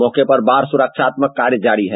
मौके पर बाढ़ सुरक्षात्मक कार्य जारी है